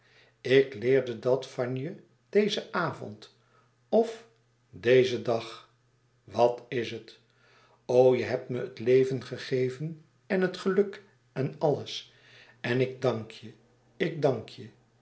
ik leerde dat van je dezen avond of dezen dag wat is het o je hebt me het leven gegeven en het geluk en alles en ik dank je ik dank je